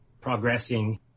progressing